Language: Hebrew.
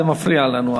זה מפריע לנו,